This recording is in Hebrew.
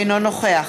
אינו נוכח